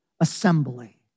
assembly